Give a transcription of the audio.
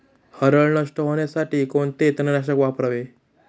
हरळ नष्ट होण्यासाठी कोणते तणनाशक वापरावे?